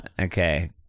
Okay